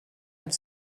have